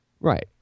right